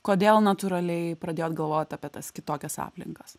kodėl natūraliai pradėjot galvot apie tas kitokias aplinkas